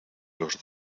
los